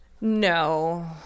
No